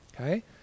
okay